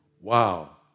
wow